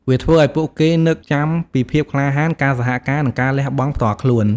វាធ្វើឲ្យពួកគេនឹកចាំពីភាពក្លាហាន ការសហការ និងការលះបង់ផ្ទាល់ខ្លួន។